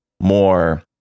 more